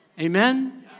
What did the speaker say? Amen